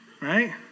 right